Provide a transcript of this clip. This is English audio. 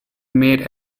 made